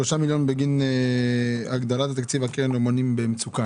אני רואה שיש פה שלושה מיליון בגין הגדלת התקציב לקרן לאמנים במצוקה,